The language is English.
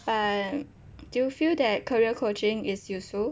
but do you feel that career coaching is useful